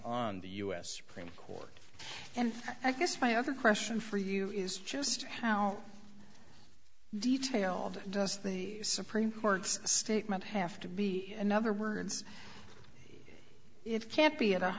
on the u s supreme court and i guess my other question for you is just how detailed does the supreme court's statement have to be in other words it can't